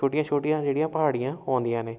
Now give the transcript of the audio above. ਛੋਟੀਆਂ ਛੋਟੀਆਂ ਜਿਹੜੀਆਂ ਪਹਾੜੀਆਂ ਆਉਂਦੀਆਂ ਨੇ